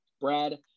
Brad